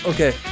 Okay